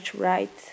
right